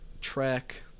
track